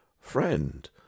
Friend